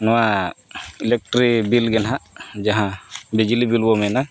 ᱱᱚᱣᱟ electric bill ᱜᱮ ᱦᱟᱸᱜ ᱡᱟᱦᱟᱸ ᱵᱤᱡᱽᱞᱤ ᱵᱤᱞ ᱵᱚᱱ ᱢᱮᱱᱟ